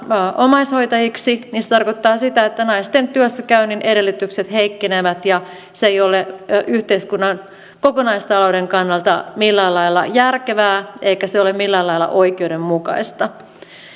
omaishoitajiksi niin se tarkoittaa sitä että naisten työssäkäynnin edellytykset heikkenevät ja se ei ole yhteiskunnan kokonaistalouden kannalta millään lailla järkevää eikä se ole millään lailla oikeudenmukaista